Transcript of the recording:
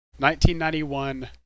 1991